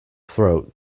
throat